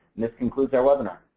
this concludes our webinar.